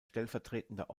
stellvertretender